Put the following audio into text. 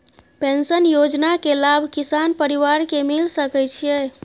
Pension योजना के लाभ किसान परिवार के मिल सके छिए?